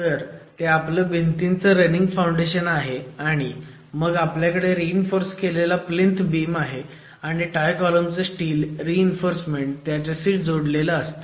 तर ते आपलं भिंतीचं रनिंग फाउंडेशन आहे आणि मग आपल्याकडे रीइन्फोर्स केलेला प्लीन्थ बीम आहे आणि टाय कॉलम चं स्टील रीइन्फोर्समेंट त्याला जोडलेलं असतं